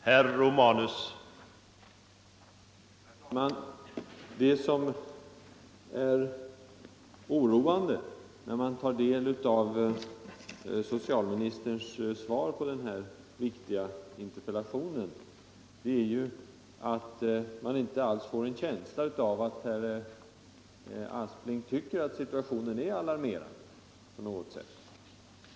Herr talman! Det som oroar, när man hör socialministerns svar på den här viktiga interpellationen, är att man inte alls får en känsla av att herr Aspling tycker att situationen är alarmerande på något sätt.